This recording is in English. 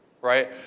right